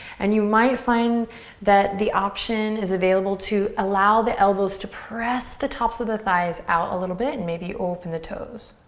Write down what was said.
and you might find that the option is available to allow the elbows to press the tops of the thighs out a little bit and maybe open the toes.